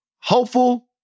Hopeful